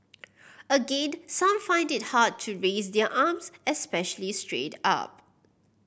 again some find it hard to raise their arms especially straight up